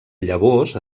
llavors